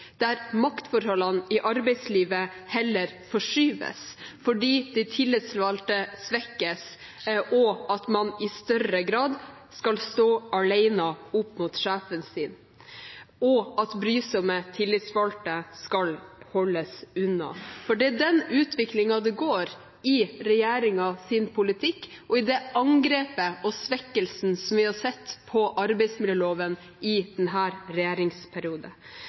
der maktforholdene i arbeidslivet heller forskyves, fordi de tillitsvalgte svekkes – at man i større grad skal stå alene mot sjefen sin, og at brysomme tillitsvalgte skal holdes unna. Det er den utviklingen det går mot med regjeringens politikk og med det angrepet på og svekkelsen av – som vi har sett – arbeidsmiljøloven i